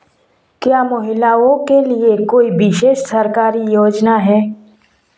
क्या महिलाओं के लिए कोई विशेष सरकारी योजना है?